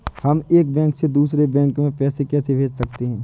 हम एक बैंक से दूसरे बैंक में पैसे कैसे भेज सकते हैं?